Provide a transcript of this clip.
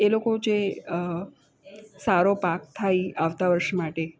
એ લોકો જે સારો પાક થાય આવતા વર્ષ માટે